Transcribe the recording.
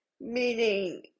meaning